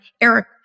Eric